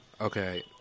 Okay